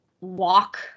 walk